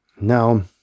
now